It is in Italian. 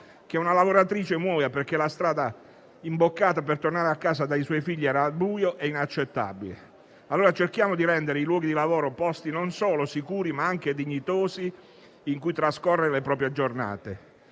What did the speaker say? Che una lavoratrice muoia perché la strada imboccata per tornare a casa dai suoi figli era al buio è inaccettabile. Cerchiamo allora di rendere i luoghi di lavoro posti, non solo sicuri, ma anche dignitosi, in cui trascorrere le proprie giornate.